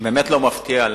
באמת לא מפתיע,